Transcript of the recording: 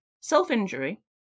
Self-injury